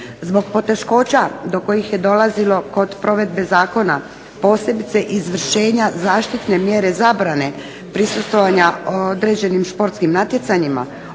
Zbog poteškoća do kojih je dolazilo kod provedbe zakona, posebice izvršenja zaštitne mjere zabrane prisustvovanja određenim športskim natjecanjima